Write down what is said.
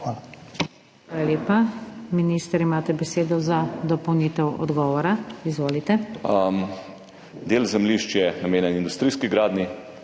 Hvala.